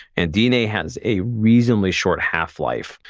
and dna has a reasonably short half-life,